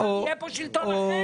מחר יהיה פה שלטון אחר.